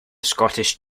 scottish